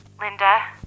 Linda